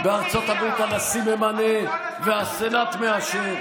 40 שנה בקואליציה.